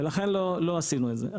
ולכן לא עשינו את זה.